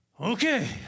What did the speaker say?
Okay